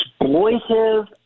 exploitive